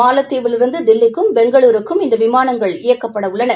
மாலத்தீவிலிருந்து தில்லிக்கும் பெங்களூருக்கும் இநத விமானங்கள் இயக்கப்படவுள்ளன